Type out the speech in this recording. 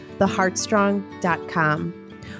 TheHeartStrong.com